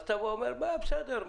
אז אתה אומר: בסדר,